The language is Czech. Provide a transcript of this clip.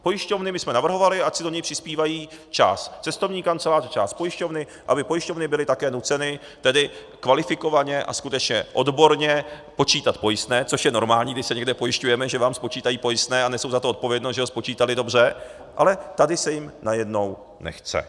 Pojišťovny my jsme navrhovali, ať si do něj přispívají část cestovní kanceláře, část pojišťovny, aby pojišťovny byly také nuceny tedy kvalifikovaně a skutečně odborně počítat pojistné, což je normální, když se někde pojišťujeme, že vám spočítají pojistné a nesou za to odpovědnost, že to spočítaly dobře, ale tady se jim najednou nechce.